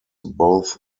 both